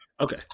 Okay